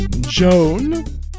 Joan